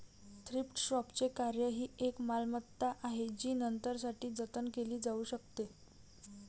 thrift शॉपचे कार्य ही एक मालमत्ता आहे जी नंतरसाठी जतन केली जाऊ शकते